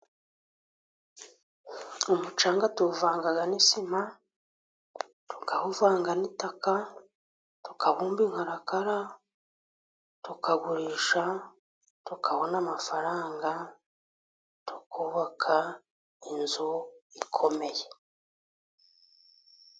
Umucanga tuwuvanga n'isima tukahavanga n'itaka tukabumba inkarakara tukagurisha tukabona amafaranga tukubaka inzu ikomeye.